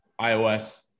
iOS